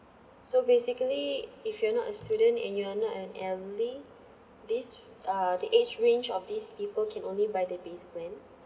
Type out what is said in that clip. so basically if you are not a student and you are not an elderly this uh the age range of these people can only buy the base plan